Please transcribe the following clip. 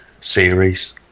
series